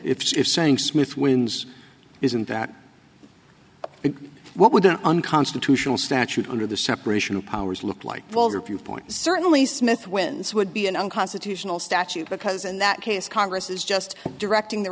s saying smith wins isn't that what would an unconstitutional statute under the separation of powers look like vulgar viewpoint certainly smith wins would be an unconstitutional statute because in that case congress is just directing the